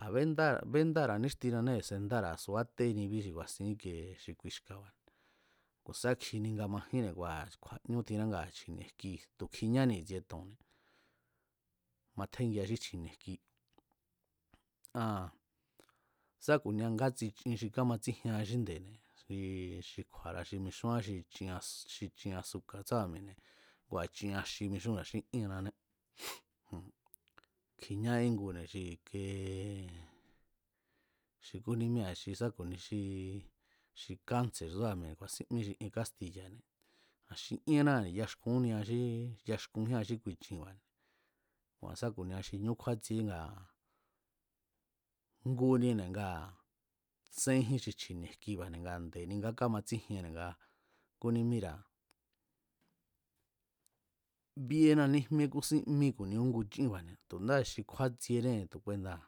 A̱ béndára̱a níxtinane sendára̱ subá téni bí xi ku̱a̱sin íke xi kui ska̱ba̱ne̱ ku̱ sá kjini nga majínne̱ kua̱ kju̱a̱ñú tjinrá nga chji̱nie jki tu̱ kjiñáni i̱tsie to̱nne̱, matjéngia xí chji̱ni̱e̱ jki aa̱n sá ku̱nia ngátsi chin xí kámatsíjiean xínde̱ne̱ xi xi kju̱a̱ra̱ xi mixúán xi chias, xi chin-asuka̱ tsúa̱mi̱e̱ne̱ ngua̱ chi axi mixúnra̱a xí íénnané, joo̱n kjiñá íngune̱ xi i̱kie xi kúnímíra̱ sá ku̱ni xi i̱ke xi kánse̱r tsúra̱ mi̱e̱ ku̱a̱sín mí xi ien kástiya̱ne̱ a̱ xi íenná ni̱ yaxkujínia xí kumía xí kui chinba̱ne̱ kua̱ sa ku̱nia xí ñú kjúátsjiee ngaa̱ jngunine̱ ngaa̱ tséjín xi chi̱ne̱ jkiba̱ne̱ nga nde̱ni ngá kámatsíjienne̱ nga kúnímíra̱ bíéna níjmíé kúsín mí ku̱ni úngu chínba̱ne̱ ndaa̱ xi kjúátsienée̱ tu̱ kuenda̱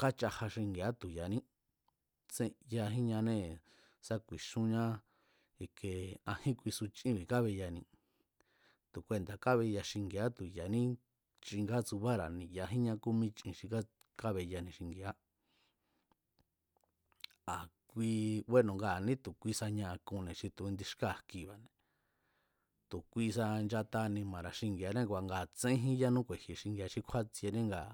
káchaja xinxi̱a̱á tu ya̱ní tsén yajínñánée̱ sa ku̱i̱xúnñá ajín kuisu chíbi̱ kábeyani jon ku̱ tuenda̱ kábeya xingi̱a̱á tu̱ ya̱ní chin kátsubára̱ ni̱ yajínñá kúmí chin xi kábeyani xingi̱a̱á a̱ kui búeno̱ ngaa̱ nítu̱ kuisa ñaa̱kunne̱ xi tu̱ indi xkáa̱ jkiba̱ne̱ tu̱ kuisa nchata anima̱ra̱ xingi̱a̱né ngaa̱ tsénjín yánú ku̱e̱ji̱ xingi̱a̱a xí kjúátsjiené ngaa̱